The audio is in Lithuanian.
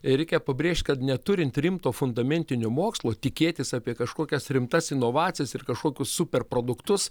reikia pabrėžt kad neturint rimto fundamentinio mokslo tikėtis apie kažkokias rimtas inovacijas ir kažkokius super produktus